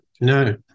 No